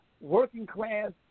working-class